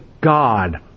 God